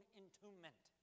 entombment